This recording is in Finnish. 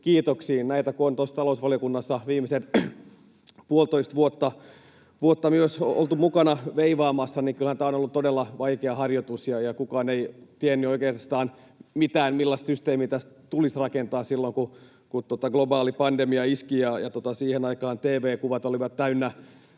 kiitoksiin. Näitä kun on talousvaliokunnassa viimeisen puolitoista vuotta ollut mukana veivaamassa, niin kyllähän tämä on ollut todella vaikea harjoitus, ja kukaan ei tiennyt oikeastaan mitään, millaista systeemiä tästä tulisi rakentaa, silloin kun globaali pandemia iski. Siihen aikaan tv oli täynnä